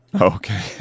Okay